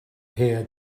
hear